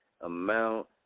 amount